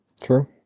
True